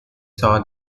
saw